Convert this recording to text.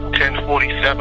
1047